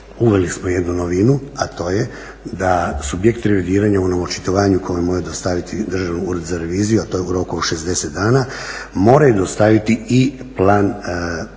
uveli smo jednu novinu, a to je da subjekti revidiranja u onom očitovanju koje moraj dostaviti Državni ured za reviziju, a to je u roku od 60 dana, moraju dostaviti i plan postupanja.